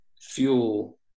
fuel